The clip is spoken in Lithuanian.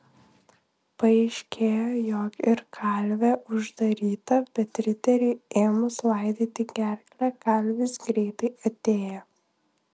paaiškėjo jog ir kalvė uždaryta bet riteriui ėmus laidyti gerklę kalvis greitai atėjo